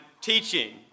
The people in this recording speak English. teaching